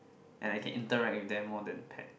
and I can interact with them more than pet